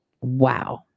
Wow